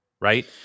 Right